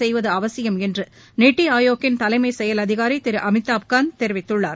செய்வதுஅவசியம் என்றுநிதிஆயோக்கின் தலைமச் செயல் அதிகாரிதிருஅமிதாப் கந்த் தெரிவித்துள்ளார்